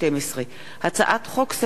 רע"ם-תע"ל